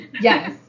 yes